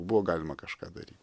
buvo galima kažką daryt